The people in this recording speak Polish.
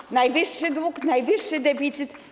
Jest najwyższy dług, najwyższy deficyt.